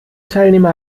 teilnehmer